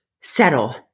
Settle